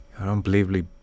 unbelievably